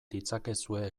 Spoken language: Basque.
ditzakezue